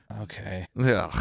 Okay